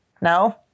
no